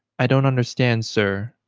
i don't understand, sir.